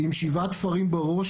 עם שבעה תפרים בראש,